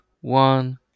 one